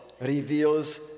reveals